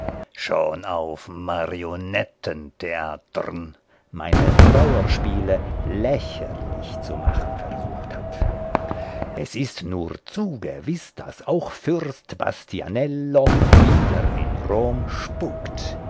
schon auf marionettentheatern meine trauerspiele lächerlich zu machen versucht hat es ist nur zu gewiß daß auch fürst bastianello wieder in rom spukt